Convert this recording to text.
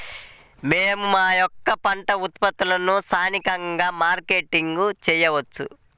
మేము మా యొక్క పంట ఉత్పత్తులని స్థానికంగా మార్కెటింగ్ చేయవచ్చా?